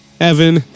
Evan